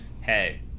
Hey